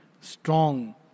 strong